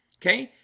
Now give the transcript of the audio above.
okay,